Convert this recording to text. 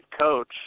coach